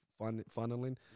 funneling